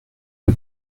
del